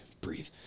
breathe